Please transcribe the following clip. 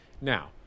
now